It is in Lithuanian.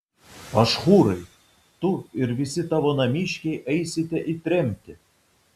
pašhūrai tu ir visi tavo namiškiai eisite į tremtį